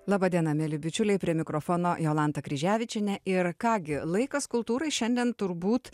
laba diena mieli bičiuliai prie mikrofono jolanta kryževičienė ir ką gi laikas kultūrai šiandien turbūt